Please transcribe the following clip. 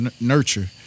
nurture